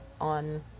on